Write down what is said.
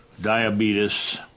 diabetes